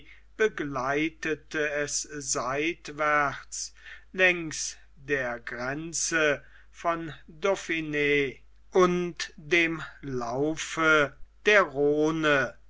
begleitete es seitwärts längs der grenze von dauphin und dem laufe der rhone